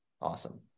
awesome